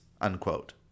unquote